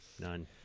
None